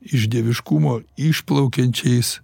iš dieviškumo išplaukiančiais